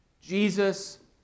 Jesus